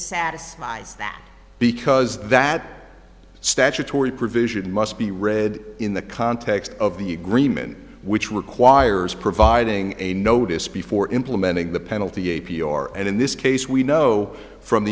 satisfies that because that statutory provision must be read in the context of the agreement which requires providing a notice before implementing the penalty a p r and in this case we know from